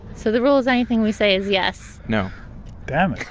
so, the rule is anything we say is yes? no damn it